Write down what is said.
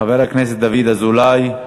חבר הכנסת דוד אזולאי,